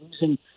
losing